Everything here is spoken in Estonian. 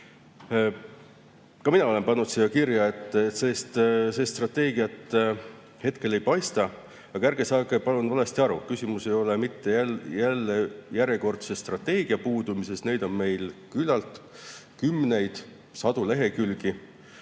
Ka mina olen pannud siia kirja, et sellist strateegiat hetkel ei paista. Aga ärge saage palun valesti aru. Küsimus ei ole mitte jälle järjekordse strateegia puudumises, neid on meil küllalt, kümneid, sadu lehekülgi,